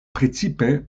precipe